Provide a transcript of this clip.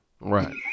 right